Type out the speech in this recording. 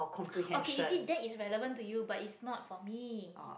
okay you see that is relevant to you but is not for me